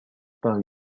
par